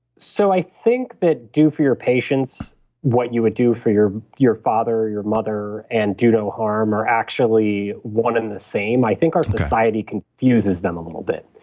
so i think the but do for your patients what you would do for your your father or your mother and do no harm are actually one in the same. i think our society confuses them a little bit.